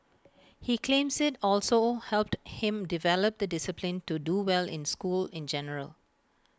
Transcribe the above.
he claims IT also helped him develop the discipline to do well in school in general